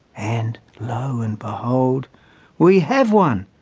and lo and behold we have one!